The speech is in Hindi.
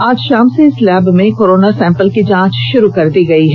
आज शाम से इस लैब में कोरोना सैंपल की जांच भा़रू कर दी गई है